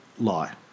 lie